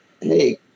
hey